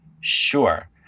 Sure